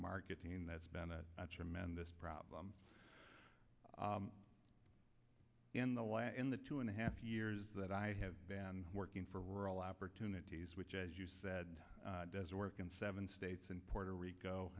marketing that's been a tremendous problem in the last in the two and a half years that i have been working for rural opportunities which as you said as work in seven states and puerto rico